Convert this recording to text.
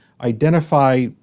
identify